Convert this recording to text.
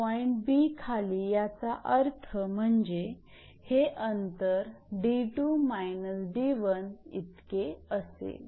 point 𝐵 खाली याचा अर्थ म्हणजे हे अंतर 𝑑2−𝑑1 इतके असेल